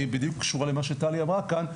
והיא קשורה למה שטלי אמרה כאן,